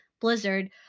blizzard